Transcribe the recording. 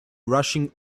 rushing